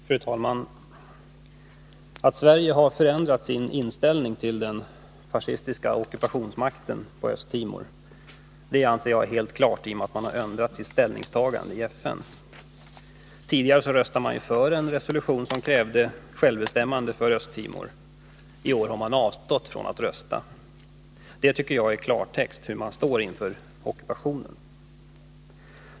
Fru talman! Att Sverige har förändrat sin ställning till den fascistiska ockupationsmakten på Östra Timor anser jag vara helt klart i och med att Sverige har ändrat sitt ställningstagande i FN. Tidigare röstade man ju för en 23 resolution som krävde självbestämmande för Östtimor, men i år har man avstått från att rösta. Det tycker jag i klartext visar hur man nu står inför ockupationen.